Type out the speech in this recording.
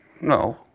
No